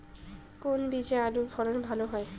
কোন বীজে আলুর ফলন ভালো হয়?